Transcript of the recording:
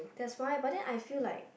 that's why but then I feel like